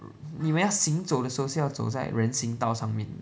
你们要行走的时候是要走在人行道上面